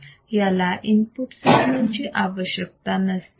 याला input signal ची आवश्यकता नसते